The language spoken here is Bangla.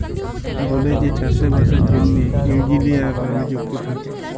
বলেযে চাষে বাসের জ্যনহে ইলজিলিয়াররা লিযুক্ত থ্যাকে